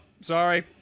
sorry